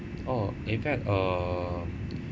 uh in fact uh